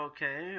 Okay